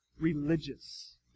Religious